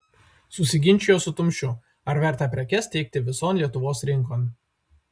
susiginčijo su tumšiu ar verta prekes teikti vison lietuvos rinkon